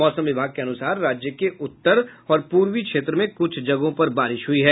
मौसम विभाग के अनुसार राज्य के उत्तर और पूर्वी क्षेत्र में कुछ जगहों पर बारिश हुई है